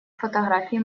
фотографии